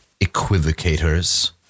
equivocators